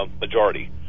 majority